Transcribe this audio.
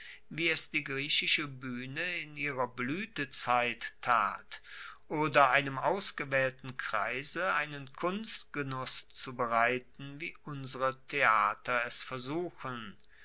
wie es die griechische buehne in ihrer bluetezeit tat oder einem ausgewaehlten kreise einen kunstgenuss zu bereiten wie unsere theater es versuchen